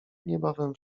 niebawem